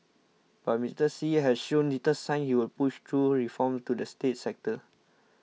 but Mister Xi has shown little sign he will push through reforms to the state sector